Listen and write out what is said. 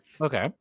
Okay